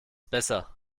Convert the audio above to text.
besser